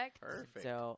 Perfect